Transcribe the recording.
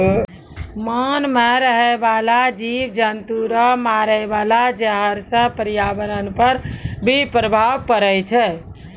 मान मे रहै बाला जिव जन्तु रो मारे वाला जहर से प्रर्यावरण पर भी प्रभाव पड़ै छै